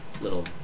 Little